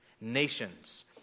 Nations